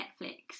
Netflix